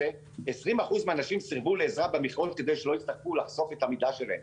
20% מהנשים סירבו לעזרה במכירות כדי שלא יצטרכו לחשוף את המידה שלהן,